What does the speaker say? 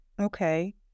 okay